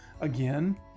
again